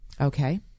Okay